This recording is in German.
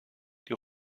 die